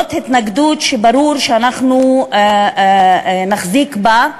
זאת התנגדות שברור שאנחנו נחזיק בה,